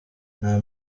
nta